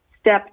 step